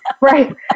Right